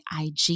IG